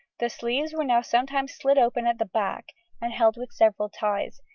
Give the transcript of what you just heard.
the sleeves were now sometimes slit open at the back and held with several ties,